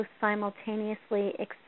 simultaneously